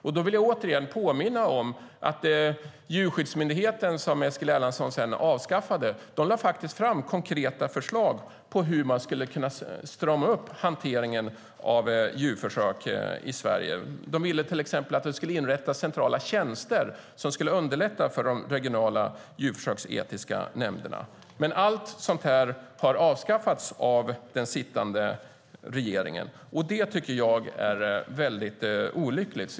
Därför vill jag påminna om att Djurskyddsmyndigheten, som Eskil Erlandsson avskaffade, lade fram konkreta förslag till hur man skulle kunna strama upp hanteringen av djurförsök i Sverige. Myndigheten ville till exempel att det inrättades centrala tjänster som skulle underlätta för de regionala djurförsöksetiska nämnderna. Allt sådant har avskaffats av den sittande regeringen, och det tycker jag är olyckligt.